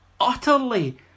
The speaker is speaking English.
utterly